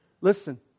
Listen